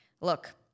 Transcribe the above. Look